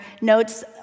notes